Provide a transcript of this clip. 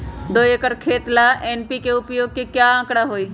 दो एकर खेत ला एन.पी.के उपयोग के का आंकड़ा होई?